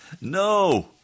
No